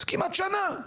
זה כמעט שנה.